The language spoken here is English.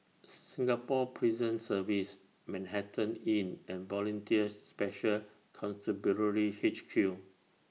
Singapore Prison Service Manhattan Inn and Volunteer Special Constabulary H Q